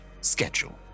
schedule